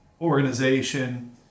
organization